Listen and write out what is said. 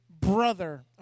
brother